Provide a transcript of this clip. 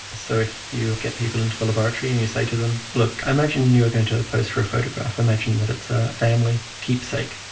so if you get people into the laboratory and you say to them, look, imagine you are going to pose for a photograph, imagine that it's a family keepsake,